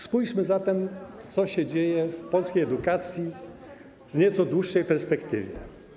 Spójrzmy zatem, co się dzieje w polskiej edukacji w nieco dłuższej perspektywie.